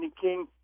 King